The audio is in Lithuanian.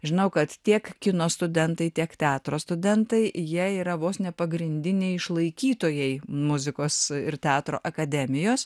žinau kad tiek kino studentai tiek teatro studentai jie yra vos ne pagrindiniai išlaikytojai muzikos ir teatro akademijos